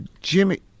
Jimmy